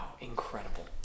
Incredible